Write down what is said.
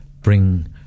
bring